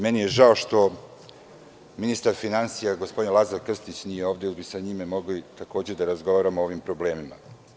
Meni je žao što ministar finansija, gospodin Lazar Krstić, nije ovde, jel bi sa njime mogli da razgovaramo o ovim problemima.